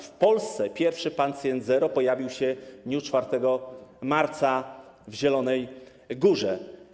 W Polsce pierwszy pacjent zero pojawił się w dniu 4 marca w Zielonej Górze.